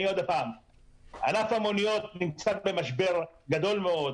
ענף המוניות נמצא במשבר גדול מאוד.